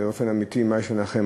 באופן אמיתי, מה יש לנחם?